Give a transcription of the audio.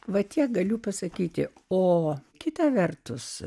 va tiek galiu pasakyti o kita vertus